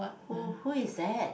who who is that